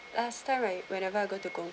last time right whenever I go to gong